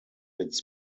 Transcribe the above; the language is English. its